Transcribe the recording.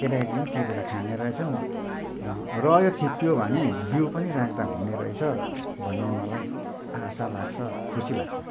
केटाकेटीले टिपेर खाने रहेछन् र यो छिप्पियो भने बिउ पनि राख्दा हुने रहेछ भन्ने मलाई आशा लाग्छ खुसी लाग्छ